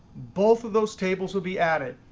both of those tables will be added.